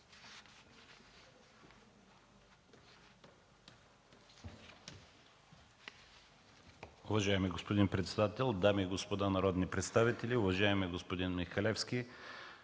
Уважаеми господин председател, дами и господа народни представители, уважаеми господин Михалевски!